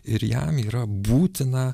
ir jam yra būtina